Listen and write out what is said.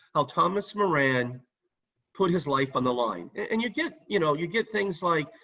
how thomas moran put his life on the line. and you get you know you get things like,